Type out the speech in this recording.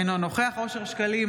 אינו נוכח אושר שקלים,